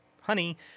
honey